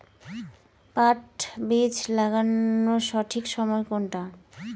পাট বীজ লাগানোর সঠিক সময় কোনটা?